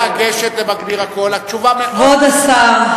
כבוד השר,